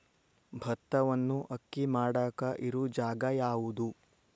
ಭತ್ತವನ್ನು ಅಕ್ಕಿ ಮಾಡಾಕ ಇರು ಜಾಗ ಯಾವುದು?